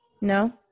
No